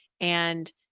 And-